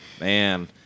Man